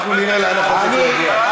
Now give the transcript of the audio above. אנחנו נראה לאן החוק הזה יגיע.